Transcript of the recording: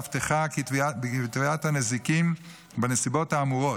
ומבטיחה כי תביעת הנזיקין בנסיבות האמורות,